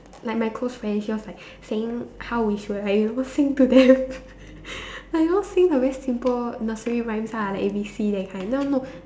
like my close friend she was like saying how we should like you know sing to them like you know sing the very simple nursery rhymes ah like A B C that kind no no